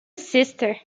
sister